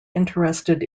interested